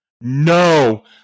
No